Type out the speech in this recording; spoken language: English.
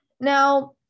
Now